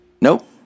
Nope